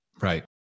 Right